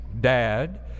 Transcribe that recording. dad